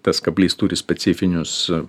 tas kablys turi specifinius